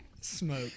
Smoke